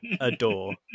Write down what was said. adore